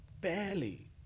barely